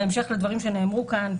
בהמשך לדברים שנאמרו כאן,